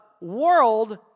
world